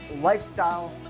Lifestyle